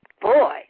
Boy